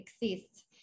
exists